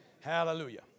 Hallelujah